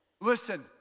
Listen